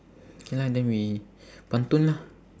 K lah then we pantun lah